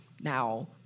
now